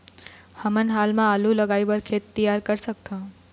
हमन हाल मा आलू लगाइ बर खेत तियार कर सकथों?